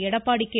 Edappadi K